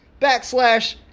backslash